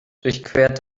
durchquert